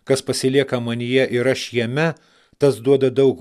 kas pasilieka manyje ir aš jame tas duoda daug